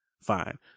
fine